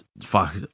fuck